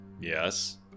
Yes